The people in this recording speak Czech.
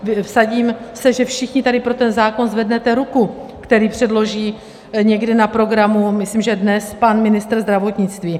A vsadím se, že všichni tady pro ten zákon zvednete ruku, který předloží někdy na programu, myslím, že dnes, pan ministr zdravotnictví.